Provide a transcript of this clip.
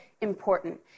important